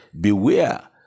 Beware